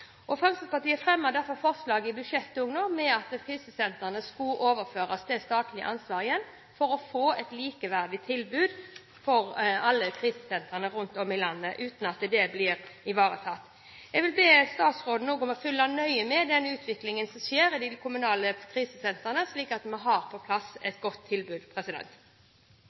nå. Fremskrittspartiet fremmet derfor et forslag i budsjettet om at krisesentrene igjen skulle overføres til statlig ansvar for å få et likeverdig tilbud for alle krisesentrene rundt om i landet, uten at det blir ivaretatt. Jeg vil be statsråden om å følge nøye med på den utviklingen som skjer i de kommunale krisesentrene, slik at vi har på plass et godt tilbud.